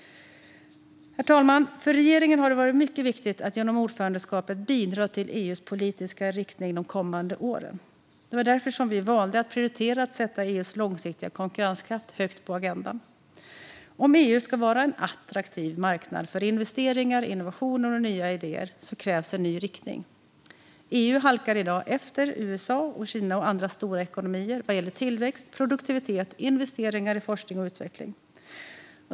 Herr talman! För regeringen har det varit mycket viktigt att genom ordförandeskapet bidra till EU:s politiska riktning de kommande åren. Det var därför som vi valde att prioritera att sätta EU:s långsiktiga konkurrenskraft högt på agendan. Om EU ska vara en attraktiv marknad för investeringar, innovationer och nya idéer krävs en ny riktning. EU halkar i dag efter USA, Kina och andra stora ekonomier vad gäller tillväxt, produktivitet och investeringar i forskning och utveckling.